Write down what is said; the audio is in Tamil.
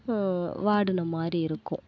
வாடின மாதிரி இருக்கும்